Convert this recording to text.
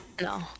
No